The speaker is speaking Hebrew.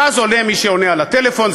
ואז עונה מי שעונה על הטלפון,